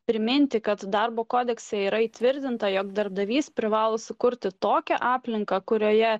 priminti kad darbo kodekse yra įtvirtinta jog darbdavys privalo sukurti tokią aplinką kurioje